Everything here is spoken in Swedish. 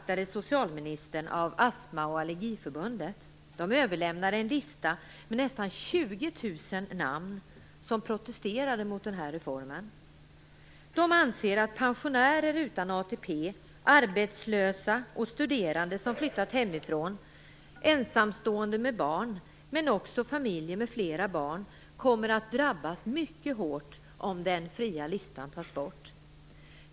20 000 namn på människor som protesterade mot den här reformen. De anser att pensionärer utan ATP, arbetslösa, studerande som flyttat hemifrån och ensamstående med barn men också familjer med flera barn kommer att drabbas mycket hårt om den fria listan tas bort.